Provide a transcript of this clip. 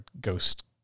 ghost